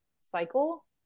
cycle